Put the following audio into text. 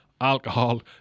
alcohol